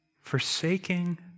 forsaking